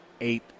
eight